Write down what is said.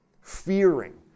fearing